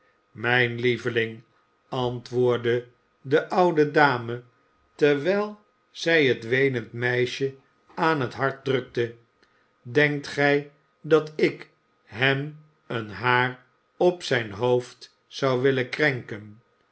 mijn lieve ing antwoordde de oudere dame terwijl zij het weenend meisje aan haar hart drukte denkt gij dat ik hem een haar op zijn hoofd zou willen krenken